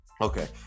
Okay